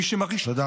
תודה רבה.